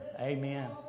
Amen